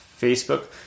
Facebook